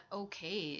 okay